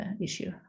issue